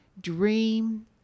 Dream